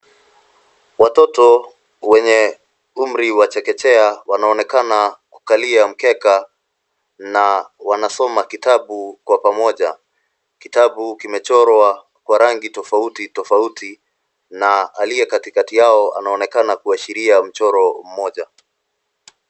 Watoto wenye umri wa chekechea, wanaonekana kukalia mkeka na wanasoma kitabu kwa pamoja. Kitabu kimechorwa kwa rangi tofauti tofauti, na aliye katikati yao, anaonekana kuashiria mchoro mmoja.